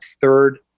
third